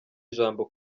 ijambo